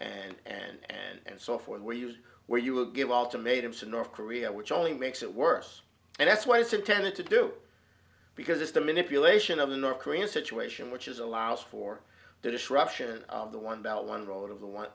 fearful and and and so forth where you where you will give all to made him so north korea which only makes it worse and that's why it's intended to do because it's the manipulation of the north korean situation which is allows for the disruption of the one bell one roll out of the one